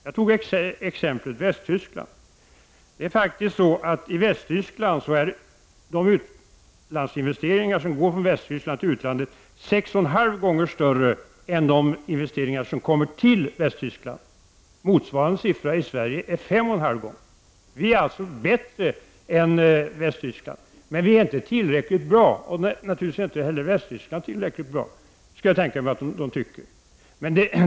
Jag tog exemplet Västtyskland. De investeringar som går från Västtyskland till utlandet är faktiskt 6,5 gånger större än de investeringar som kommer till Västtyskland utifrån. Motsvarande siffra för Sverige är 5,5 gånger. Vi är alltså bättre än Västtyskland, men vi är inte tillräckligt bra. Naturligtvis är inte heller Västtyskland tillräckligt bra — det kan jag inte tänka mig att de tycker.